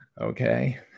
Okay